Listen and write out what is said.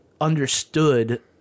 understood